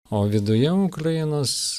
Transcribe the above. o viduje ukrainos